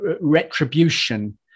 retribution